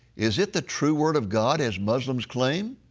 is it the true word of god, as muslims claim?